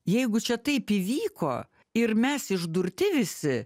jeigu čia taip įvyko ir mes išdurti visi